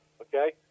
okay